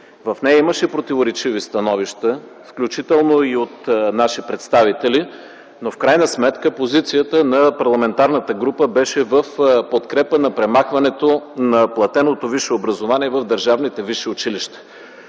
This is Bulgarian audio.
в нея имаше противоречиви становища, включително и от наши представители, но в крайна сметка позицията на парламентарната група беше в подкрепа на премахването на платеното висше образование в държавните висши училища.